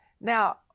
Now